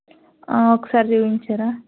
ఒకసారి చూపించరా